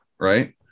right